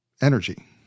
energy